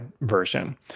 version